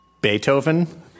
Beethoven